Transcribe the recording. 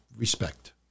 Respect